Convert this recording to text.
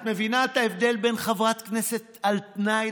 את מבינה את ההבדל בין חברת כנסת על תנאי